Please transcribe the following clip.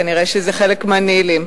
כנראה זה חלק מהנהלים.